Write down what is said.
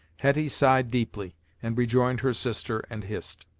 hetty sighed deeply, and rejoined her sister and hist.